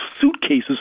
suitcases